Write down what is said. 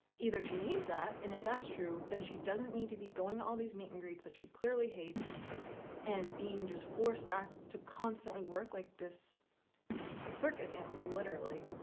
either she needs that and if that's true then she doesn't need to be going to all these meet and greets that she clearly hates and being just forced back to constantly work like this circus animal literally.